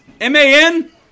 M-A-N